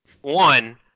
one